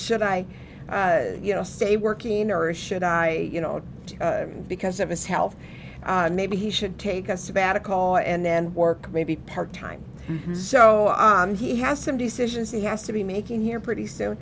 should i you know say working or should i you know because of his health maybe he should take a sabbatical and then work maybe part time so he has some decisions he has to be making here pretty soon